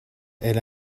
elle